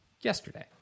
yesterday